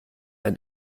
ein